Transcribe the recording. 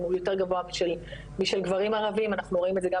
הוא יותר גבוה משל גברים ערבים אנחנו רואים את זה גם